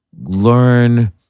learn